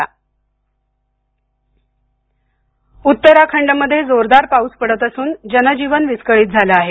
पाऊस उत्तराखंड मध्ये जोरदार पाऊस पडत असून जनजीवन विस्कळीत झालं आहे